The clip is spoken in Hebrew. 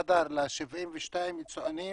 הדר, ל-72 יצואנים